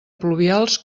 pluvials